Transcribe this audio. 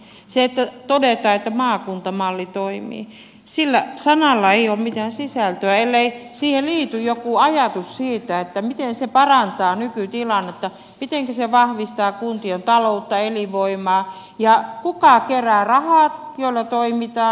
kun todetaan että maakuntamalli toimii niin sillä sanalla ei ole mitään sisältöä ellei siihen liity joku ajatus siitä miten se parantaa nykytilannetta mitenkä se vahvistaa kuntien taloutta ja elinvoimaa ja kuka kerää rahat joilla toimitaan